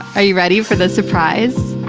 are you ready for the surprise?